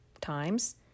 times